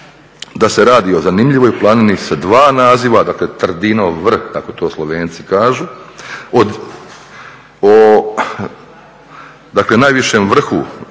da se radi o zanimljivoj planini sa 2 naziva. Dakle, Trdinov vrh kako to Slovenci kažu, o dakle najvišem vrhu